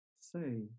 say